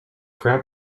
grab